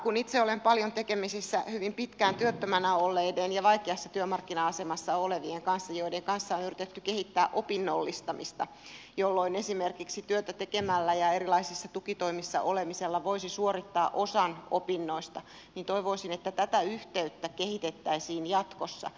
kun itse olen paljon tekemisissä hyvin pitkään työttömänä olleiden ja vaikeassa työmarkkina asemassa olevien kanssa joiden kanssa on yritetty kehittää opinnollistamista jolloin esimerkiksi työtä tekemällä ja erilaisissa tukitoimissa olemisella voisi suorittaa osan opinnoista niin toivoisin että tätä yhteyttä kehitettäisiin jatkossa